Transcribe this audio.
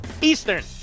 Eastern